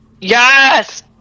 Yes